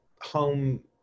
home